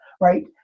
right